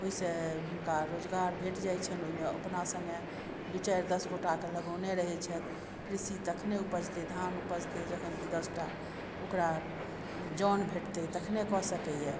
ओइसँ हुनका रोजगार भेट जाइ छन्हि ओइमे अपना सङ्गे दू चारि दश गोटाके लगौने रहय छथि कृषि तखने उपजतइ धान उपजतइ जखन कि दसटा ओकरा जन भेटतइ तखने कऽ सकइए